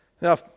Now